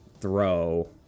throw